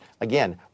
again